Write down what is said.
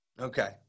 Okay